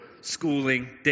schooling